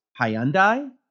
Hyundai